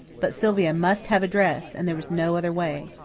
but sylvia must have a dress, and there is no other way.